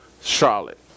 Charlotte